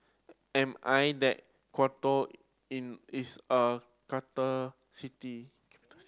am I that Quito is a city capital city